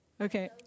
Okay